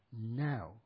now